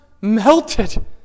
melted